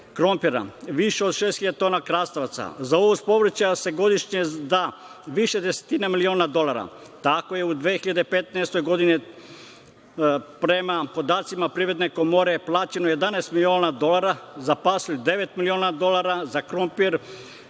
krompira, više od 6.000 tona krastavaca. Za uvoz povrća se godišnje da više desetina miliona dolara. Tako je u 2015. godini, prema podacima Privredne komore, plaćeno 11 miliona dolara za pasulj, devet miliona dolara za krompir,